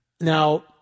Now